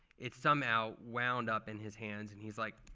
it somehow wound up in his hands. and he's like,